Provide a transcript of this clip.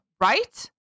right